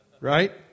right